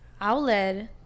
outlet